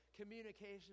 Communication